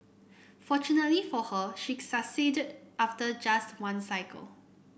fortunately for her she succeeded after just one cycle